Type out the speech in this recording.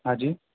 हा जी